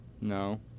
No